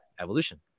evolution